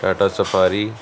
Tata safari